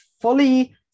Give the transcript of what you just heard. fully